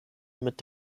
mit